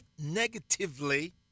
negatively